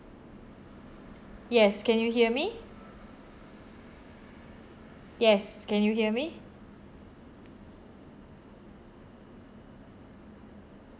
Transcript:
yes can you hear me yes can you hear me